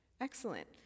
excellent